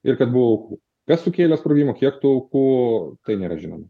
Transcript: ir kad buvo aukų kas sukėlė sprogimą kiek tų aukų tai nėra žinoma